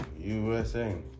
USA